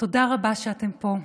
תודה רבה שאתם פה.